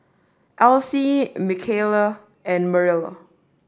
Alcee Michaele and Marilla